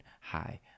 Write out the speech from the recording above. hi